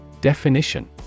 Definition